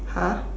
!huh!